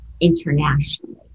internationally